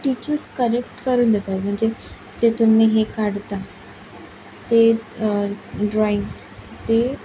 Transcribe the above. teachers correct करून देतात म्हणजे जे तुम्ही हे काढता ते ड्रॉईंग्स ते